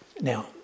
Now